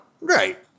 Right